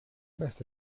best